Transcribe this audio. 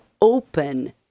open